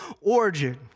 origin